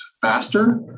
faster